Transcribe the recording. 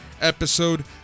episode